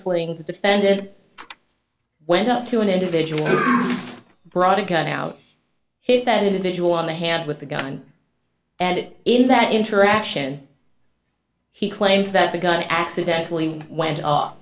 playing the defendant went up to an individual who brought a gun out hit that individual on the hand with a gun and it in that interaction he claims that the gun accidentally went